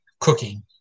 cooking